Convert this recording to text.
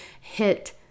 hit